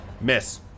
Miss